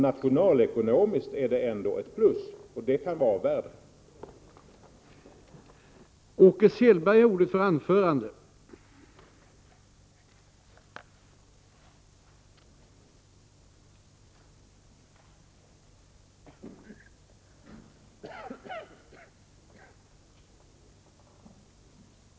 Nationalekonomiskt blir det ändå ett plus, och det kan ju vara av värde.